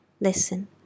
Listen